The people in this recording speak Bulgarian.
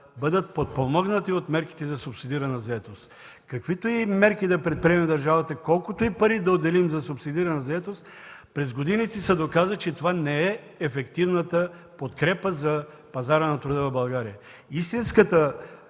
бъдат подпомогнати от мерките за субсидирана заетост. Каквито и мерки да предприеме държавата, колкото и пари да отделим за субсидирана заетост, през годините се доказа, че това не е ефективната подкрепа за пазара на труда в България. Истинската